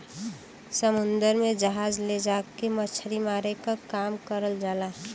समुन्दर में जहाज ले जाके मछरी मारे क काम करल जाला